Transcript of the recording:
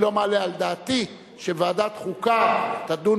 אני לא מעלה על דעתי שוועדת החוקה תדון